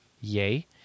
Yay